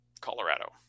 Colorado